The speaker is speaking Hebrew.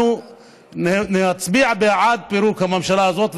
אנחנו נצביע בעד פירוק הממשלה הזאת,